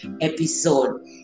episode